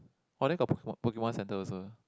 !wah! then got Pokemon center also eh